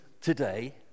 today